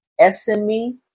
SME